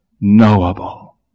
knowable